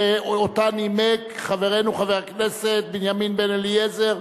שאותה נימק חברנו חבר הכנסת בנימין בן-אליעזר,